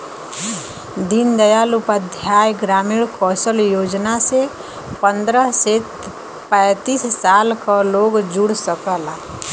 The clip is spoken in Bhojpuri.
दीन दयाल उपाध्याय ग्रामीण कौशल योजना से पंद्रह से पैतींस साल क लोग जुड़ सकला